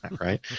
right